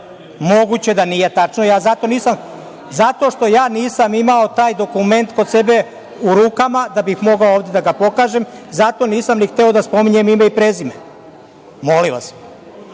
tačno. Ja zato nisam… Zato što ja nisam imao taj dokument kod sebe u rukama da bih mogao ovde da ga pokažem, zato nisam ni hteo da spominjem ime i prezime. Molim vas. Što